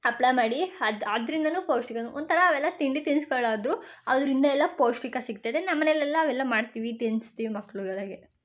ಹಪ್ಳ ಮಾಡಿ ಅದು ಅದರಿಂದನೂ ಪೌಷ್ಟಿಕನೂ ಒಂಥರ ಅವೆಲ್ಲ ತಿಂಡಿ ತಿನ್ಸುಗಳಾದ್ರು ಅದರಿಂದ ಎಲ್ಲ ಪೌಷ್ಟಿಕ ಸಿಗ್ತದೆ ನಮ್ಮನೆಲ್ಲೆಲ್ಲ ಅವೆಲ್ಲ ಮಾಡ್ತೀವಿ ತಿನ್ಸ್ತೀವಿ ಮಕ್ಳುಗಳಿಗೆ